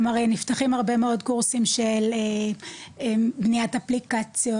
כלומר נפתחים הרבה מאוד קורסים של בניית אפליקציות,